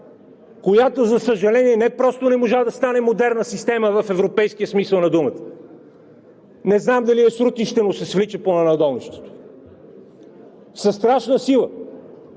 която, за съжаление, не просто не можа да стане модерна система в европейския смисъл на думата. Не знам дали е срутище, но се свлича по нанадолнището със страшна сила,